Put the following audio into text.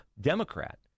Democrat